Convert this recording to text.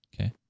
Okay